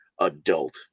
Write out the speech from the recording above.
adult